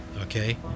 okay